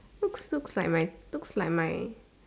looks looks like my looks like my